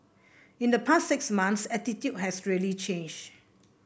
in the past six months attitude has really changed